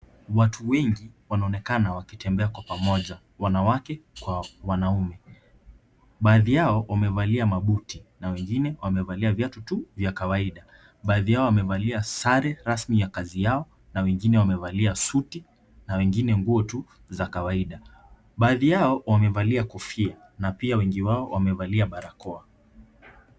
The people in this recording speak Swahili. Watu wengi wanaonekana wakitembea kwa pamoja, wanawake kwa wanaume. Baadhi yao wamevalia mabuti na wengine wamevalia viatu tu vya kawaida. Baadhi yao wamevalia sare rasmi ya kazi yao na wengine wamevalia suti na wengine nguo tu za kawaida. Baadhi yao wamevalia kofia na pia wengi wao wamevalia barakoa.